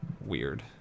Weird